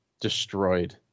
destroyed